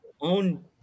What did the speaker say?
own